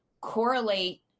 correlate